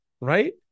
Right